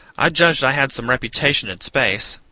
i judged i had some reputation in space,